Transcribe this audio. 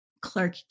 Clark